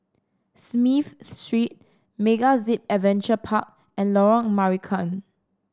Smith Street MegaZip Adventure Park and Lorong Marican